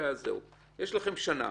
יש לכם שנה.